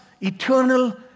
eternal